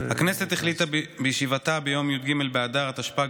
הכנסת החליטה בישיבתה ביום י"ג באדר התשפ"ג,